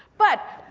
but,